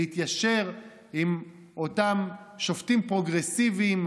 להתיישר עם אותם שופטים פרוגרסיביים,